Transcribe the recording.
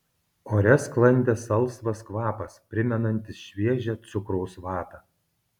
ore sklandė salsvas kvapas primenantis šviežią cukraus vatą